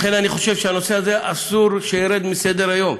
לכן אני חושב שהנושא הזה, אסור שירד מסדר-היום.